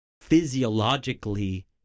physiologically